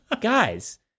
guys